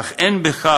אך אין בכך